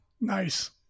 Nice